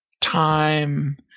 time